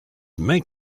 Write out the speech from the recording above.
make